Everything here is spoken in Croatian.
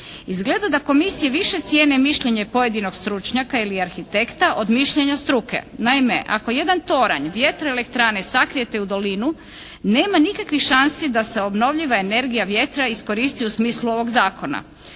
Izgleda da komisije više cijene mišljenje pojedinoig stručnjaka ili arhitekta od mišljenja struke. Naime, ako jedan toranj vjetroelektrane sakrijete u dolinu nema nikakvih šansi da se obnovljiva energija vjetra iskoristi u smislu ovog Zakona.